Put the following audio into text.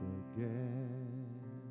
again